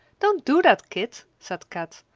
don't do that, kit, said kat.